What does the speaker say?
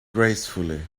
gracefully